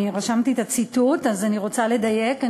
אני רשמתי את הציטוט אז אני רוצה לדייק,